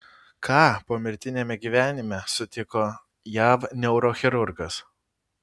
ką pomirtiniame gyvenime sutiko jav neurochirurgas